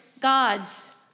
God's